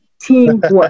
teamwork